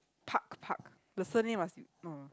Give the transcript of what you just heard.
park park the surname must be no